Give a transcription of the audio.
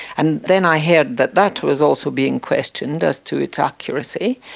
and then i heard that that was also being questioned as to its accuracy.